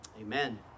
Amen